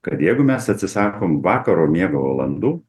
kad jeigu mes atsisakom vakaro miego valandų